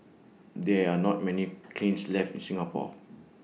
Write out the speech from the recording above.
there are not many kilns left in Singapore